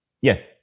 Yes